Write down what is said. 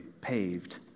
paved